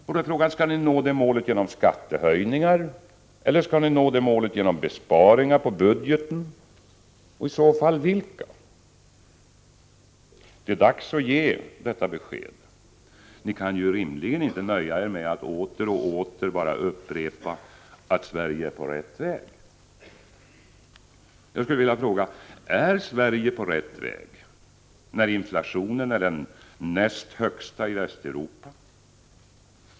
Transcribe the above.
Då är frågan: Skall ni nå det målet genom skattehöjningar eller genom besparingar på budgeten och i så fall vilka? Det är dags att ge detta besked. Ni kan ju inte rimligen nöja er med att åter och åter bara upprepa att ”Sverige är på rätt väg”. — när inflationen är den näst högsta i Västeuropa?